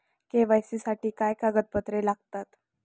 KYC साठी काय कागदपत्रे लागतात?